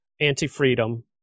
anti-freedom